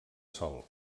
sol